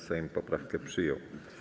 Sejm poprawkę przyjął.